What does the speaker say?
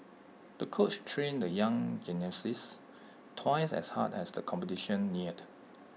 the coach trained the young gymnasts twice as hard as the competition neared